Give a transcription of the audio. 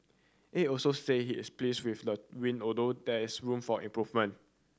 Aide also said he is pleased with the win although there is room for improvement